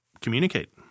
communicate